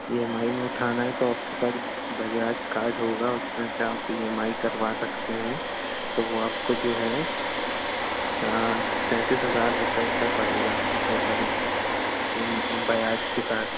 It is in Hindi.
ई एम आई में उठाना है तो आपके पास बजाज कार्ड होगा उसमें से आप ई म आई करवा सकते हैं तो वह आपको जो है सैंतीस हज़ार रुपये का पड़ेगा टोटल इन ब्याज के साथ